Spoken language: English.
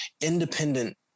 independent